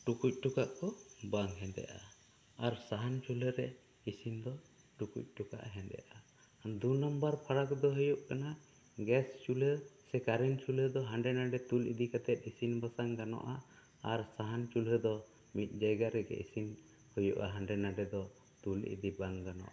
ᱴᱩᱞᱩᱡ ᱴᱚᱠᱟᱜ ᱠᱚ ᱵᱟᱝ ᱦᱮᱸᱫᱮᱜᱼᱟ ᱟᱨ ᱥᱟᱦᱟᱱ ᱪᱩᱞᱦᱟᱹ ᱨᱮ ᱤᱥᱤᱱ ᱫᱚ ᱴᱩᱠᱩᱡ ᱴᱚᱠᱟᱜ ᱦᱮᱸᱫᱮᱜᱼᱟ ᱫᱩᱭ ᱱᱟᱢᱵᱟᱨ ᱯᱷᱟᱨᱟᱠ ᱫᱚ ᱦᱩᱭᱩᱜ ᱠᱟᱱᱟ ᱜᱮᱥ ᱪᱩᱞᱦᱟᱹ ᱥᱮ ᱠᱟᱨᱮᱱ ᱪᱩᱞᱦᱟᱹ ᱫᱚ ᱦᱟᱸᱰᱮ ᱱᱷᱟᱸᱵᱮ ᱛᱩᱞ ᱤᱫᱤ ᱠᱟᱛᱮ ᱤᱥᱤᱱ ᱵᱟᱥᱟᱝ ᱜᱟᱱᱚᱜᱼᱟ ᱟᱨ ᱥᱟᱦᱟᱱ ᱪᱩᱞᱦᱟᱹ ᱫᱚ ᱢᱤᱫ ᱡᱟᱭᱜᱟ ᱨᱮᱜᱮ ᱤᱥᱤᱱ ᱦᱩᱭᱩᱜᱼᱟ ᱦᱟᱸᱰᱮ ᱱᱷᱟᱸᱰᱮ ᱫᱚ ᱛᱩᱞ ᱤᱫᱤ ᱵᱟᱝ ᱜᱟᱱᱚᱜᱼᱟ